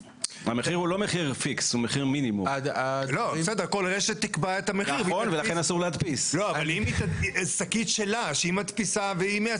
ברשותך - אנחנו עכשיו מרחיבים על זה ומכניסים פה מרכולים קטנים בעיקר.